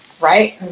right